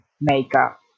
makeup